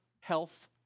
health